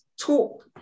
talk